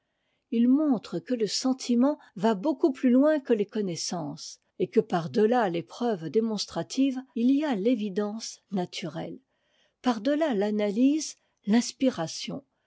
il montre que le sentiment va beaucoup plus loin que les connaissances et que par delà les preuves démonstratives il y a l'évidence naturelle par delà l'analyse l'inspiration